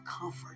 comfort